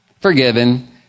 forgiven